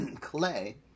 clay